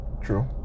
True